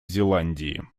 зеландии